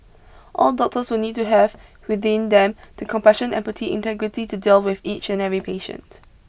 all doctors will need to have within them the compassion empathy and integrity to deal with each and every patient